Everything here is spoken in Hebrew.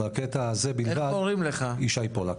ישי פולק.